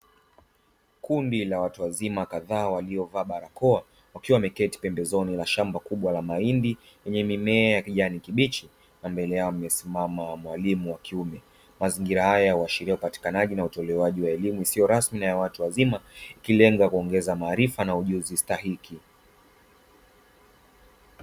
Kundi la watu wazima kadhaa waliovaa barakoa, wakiwa wameketi pembezoni la shamba kubwa la mahindi; lenye mimea ya kijani kibichi na mbele yao amesimama mwalimu wa kiume. Mazingira haya huashiria upatikanaji na utolewaji wa elimu isiyo rasmi na ya watu wazima; ikilenga kuongeza maarifa na ujuzi stahiki.